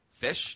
fish